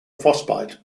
frostbite